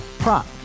Prop